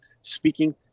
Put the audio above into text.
speaking